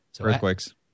Earthquakes